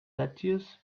lettuce